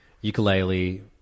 Ukulele